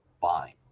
fine